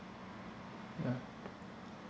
ya